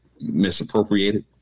misappropriated